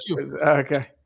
Okay